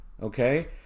Okay